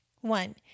One